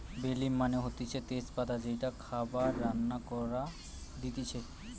বে লিফ মানে হতিছে তেজ পাতা যেইটা খাবার রান্না করে দিতেছে